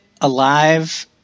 alive